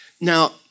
Now